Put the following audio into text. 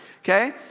okay